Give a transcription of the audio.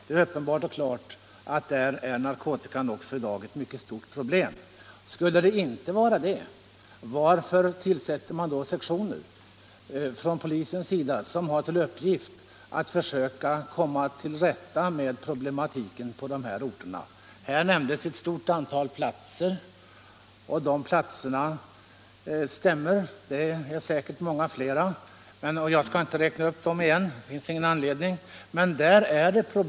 Det är uppenbart att narkotikan också där i dag är ett mycket stort problem. Om detta inte är något stort problem, varför tillsätter då polisen sektioner som har till uppgift att försöka komma till rätta med problematiken på dessa orter? Här nämndes ett stort antal platser. De platserna stämmer, det är säkert många fler. Jag skall inte räkna upp dem igen, det finns ingen anledning till det.